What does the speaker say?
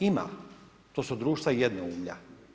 Ima, to su društva jednoumlja.